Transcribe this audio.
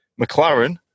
McLaren